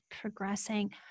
progressing